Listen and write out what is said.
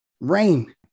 rain